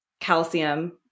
calcium